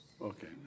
Okay